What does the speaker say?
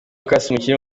bashatse